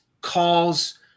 calls